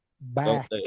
back